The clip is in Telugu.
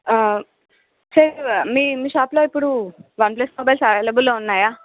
సార్ మీ మీ షాప్లో ఇప్పుడు వన్ ప్లస్ మొబైల్స్ అవైలబుల్లో ఉన్నాయా